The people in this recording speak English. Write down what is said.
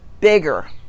bigger